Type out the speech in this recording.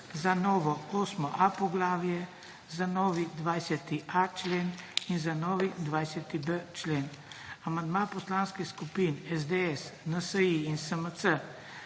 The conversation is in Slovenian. za novo 8.a poglavje, za novi 20.a člen in za novi 20.b člen. Amandma poslanskih skupin SDS, NSi in SMC